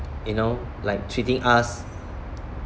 you know like treating us